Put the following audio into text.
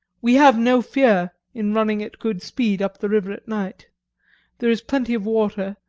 we have no fear in running at good speed up the river at night there is plenty of water,